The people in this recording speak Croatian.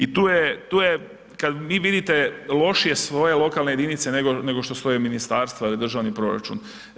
I tu je kada vi vidite lošije svoje lokalne jedinice nego što stoje ministarstva ili državni proračun.